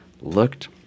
looked